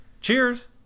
Cheers